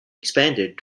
expanded